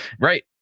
Right